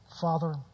Father